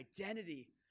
identity